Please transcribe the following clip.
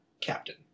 captain